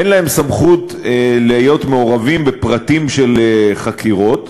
אין להם סמכות להיות מעורבים בפרטים של חקירות,